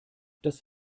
das